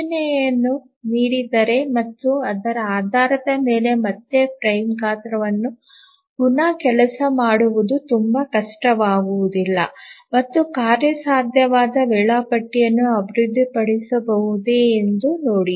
ಸೂಚನೆಯನ್ನು ನೀಡಿದರೆ ಮತ್ತು ಅದರ ಆಧಾರದ ಮೇಲೆ ಮತ್ತೆ ಫ್ರೇಮ್ ಗಾತ್ರವನ್ನು ಪುನಃ ಕೆಲಸ ಮಾಡುವುದು ತುಂಬಾ ಕಷ್ಟವಾಗುವುದಿಲ್ಲ ಮತ್ತು ಕಾರ್ಯಸಾಧ್ಯವಾದ ವೇಳಾಪಟ್ಟಿ ಯನ್ನು ಅಭಿವೃದ್ಧಿಪಡಿಸಬಹುದೇ ಎಂದು ನೋಡಿ